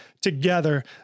together